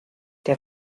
der